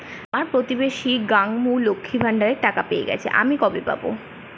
আমার প্রতিবেশী গাঙ্মু, লক্ষ্মীর ভান্ডারের টাকা পেয়ে গেছে, আমি কবে পাব?